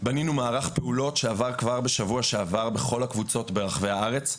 בנינו מערך פעולות שעבר כבר בשבוע שעבר בכל הקבוצות ברחבי הארץ,